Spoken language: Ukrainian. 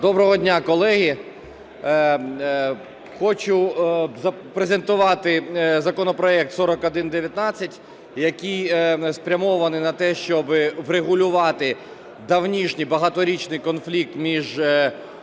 Доброго дня, колеги! Хочу презентувати законопроект 4119, який спрямований на те, щоб врегулювати давнішній багаторічний конфлікт між